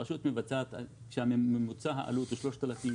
הרשות מבצעת, כשממוצע העלות זה 3,000 שקל.